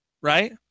right